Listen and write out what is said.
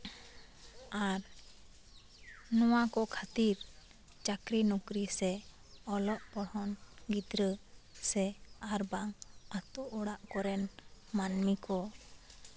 ᱟᱨ ᱱᱚᱣᱟ ᱠᱚ ᱠᱷᱟ ᱛᱤᱨ ᱪᱟᱠᱨᱤ ᱱᱩᱠᱨᱤ ᱥᱮ ᱚᱞᱚᱜ ᱯᱚᱲᱦᱚᱱ ᱜᱤᱫᱽᱨᱟᱹ ᱥᱮ ᱟᱨᱵᱟᱝ ᱟᱛᱳ ᱚᱲᱟᱜ ᱠᱚᱨᱮᱱ ᱢᱟ ᱱᱢᱤ ᱠᱚ